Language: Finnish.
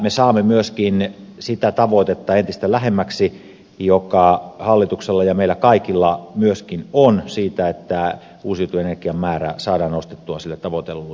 tällä me saamme myöskin sitä tavoitetta entistä lähemmäksi joka hallituksella ja myöskin meillä kaikilla on siitä että uusiutuvan energian määrä saadaan nostettua sille tavoitellulle tasolle